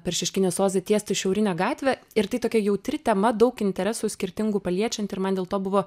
per šeškinės ozą tiesti šiaurinę gatvę ir tai tokia jautri tema daug interesų skirtingų paliečianti ir man dėl to buvo